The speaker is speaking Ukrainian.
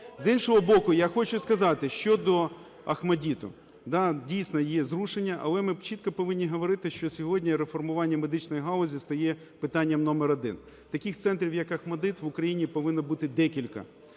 З іншого боку, я хочу сказати щодо ОХМАТДИТУ. Да, дійсно, є зрушення, але ми чітко повинні говорити, що сьогодні реформування медичної галузі стає питанням номер один. Таких центрів, як ОХМАТДИТ, в Україні повинно бути декілька.